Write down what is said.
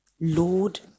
Lord